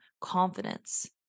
confidence